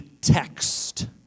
text